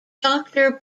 doctor